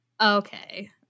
okay